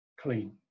clean